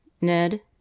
Ned